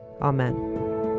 Amen